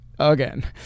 again